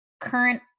current